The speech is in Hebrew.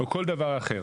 או כל דבר אחר.